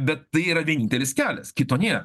bet tai yra vienintelis kelias kito nėra